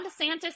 DeSantis